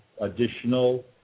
additional